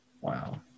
Wow